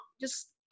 Just-